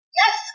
yes